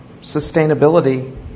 sustainability